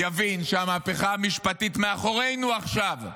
יבין שהמהפכה המשפטית מאחורינו עכשיו,